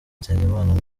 nsengimana